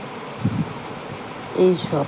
এইসব